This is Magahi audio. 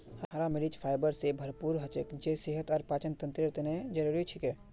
हरा मरीच फाइबर स भरपूर हछेक जे सेहत और पाचनतंत्रेर तने जरुरी छिके